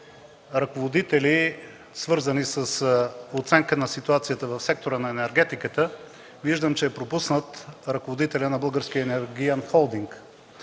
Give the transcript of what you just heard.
ръководители, свързани с оценка на ситуацията в сектора на енергетиката, виждам, че е пропуснат ръководителят на Българския енергиен холдинг.